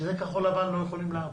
בגלל זה כחול-לבן לא יכולים לעבוד,